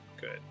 good